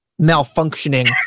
malfunctioning